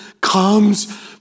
comes